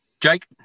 Jake